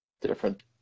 different